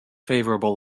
favorable